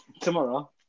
Tomorrow